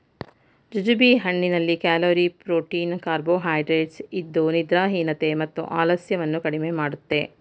jujube ಹಣ್ಣಿನಲ್ಲಿ calorie, protein carbohydrates ಇದ್ದು ನಿದ್ರಾಹೀನತೆ ಮತ್ತು ಆಲಸ್ಯವನ್ನು ಕಡಿಮೆ ಮಾಡುತ್ತೆ